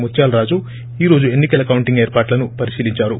ముత్యాలరాజు ఈరోజు ఎన్నికల కౌంటింగ్ ఏర్పాట్ల ను పరిశీలిందారు